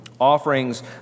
Offerings